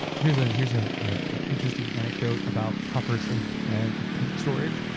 here's a, here's a, an interesting anecdote about proper safe paint storage.